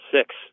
six